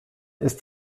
ist